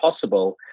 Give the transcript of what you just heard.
possible